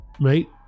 right